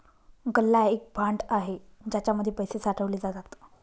गल्ला एक भांड आहे ज्याच्या मध्ये पैसे साठवले जातात